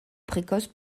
précoce